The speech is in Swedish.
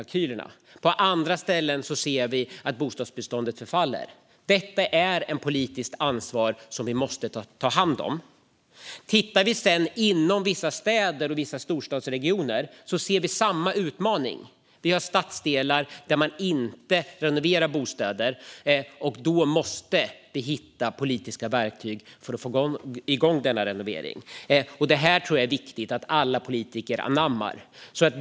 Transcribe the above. På andra ställen ser vi att bostadsbeståndet förfaller. Detta är ett ansvar som vi politiker måste ta. Inom vissa städer och vissa storstadsregioner kan vi se samma utmaningar. Det finns stadsdelar där bostäder inte renoveras, och där måste vi hitta politiska verktyg för att få igång renoveringarna. Det är viktigt att alla politiker anammar dessa utmaningar.